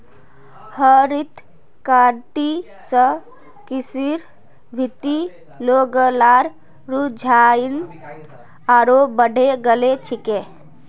हरित क्रांति स कृषिर भीति लोग्लार रुझान आरोह बढ़े गेल छिले